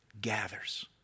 gathers